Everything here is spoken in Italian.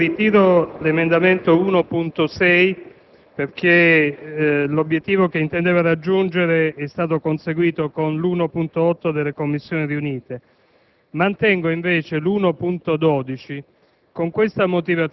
Signor Presidente, ritiro l'emendamento 1.6 perché l'obiettivo che intendeva raggiungere è stato conseguito con l'emendamento 1.8 delle Commissioni riunite.